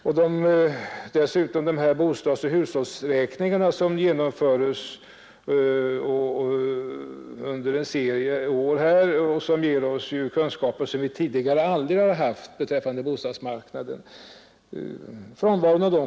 Dessutom har vi de här bostadsoch hushållsräkningarna som genomförs under en serie år och som ger oss kunskaper om bostadsmarknaden som vi tidigare aldrig har haft.